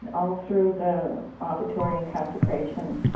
and all through the offertory and consecration,